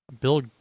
Bill